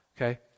okay